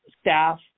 staff